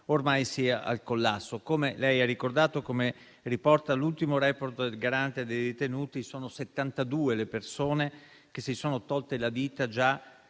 ormai sia al collasso. Come lei ha ricordato e come riporta l'ultimo *report* del Garante dei detenuti, sono già 72 le persone che si sono tolte la vita